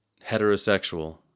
heterosexual